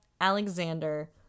Alexander